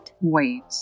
Wait